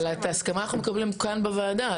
אבל את ההסכמה אנחנו מקבלים כאן בוועדה,